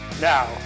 Now